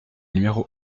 numéro